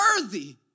worthy